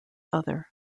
other